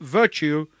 virtue